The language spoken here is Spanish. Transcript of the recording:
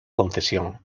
concesión